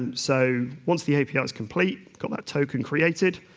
and so, once the api is complete, got that token created,